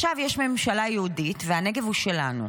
עכשיו יש ממשלה יהודית, והנגב הוא שלנו.